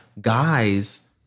Guys